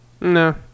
No